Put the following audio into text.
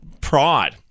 pride